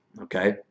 okay